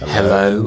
Hello